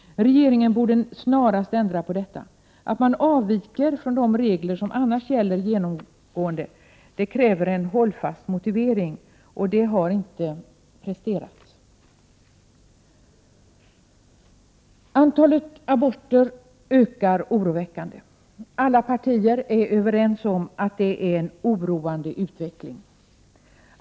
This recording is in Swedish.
Regeringen borde snarast ändra på detta. För att man skall avvika från de regler som annars gäller genomgående, krävs en hållfast motivering, men någon sådan har inte presterats. Antalet aborter ökar oroväckande. Alla partier är överens om att det är en oroande utveckling.